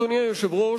אדוני היושב-ראש,